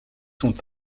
sont